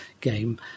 game